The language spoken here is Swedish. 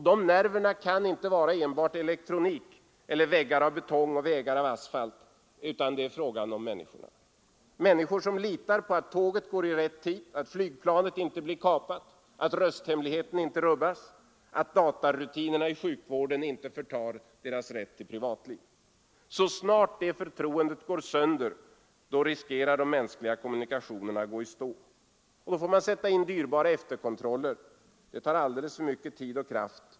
De nerverna är inte enbart elektronik, väggar av betong och vägar av asfalt utan också människor, människor som litar på att tåget går i rätt tid, att flygplanet inte blir kapat, att rösthemligheten inte rubbas och att datarutinerna i sjukvården inte förtar deras rätt till privatliv. Så snart förtroendet går sönder, riskerar de mänskliga kommunikationerna att gå i stå. Man får sätta in dyrbara efterkontroller, som tar alldeles för mycken tid och kraft.